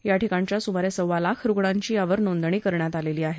याठिकाणच्या सुमारे सव्वा लाख रुग्णांची यावर नोंदणी करण्यात आलेली आहे